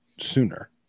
sooner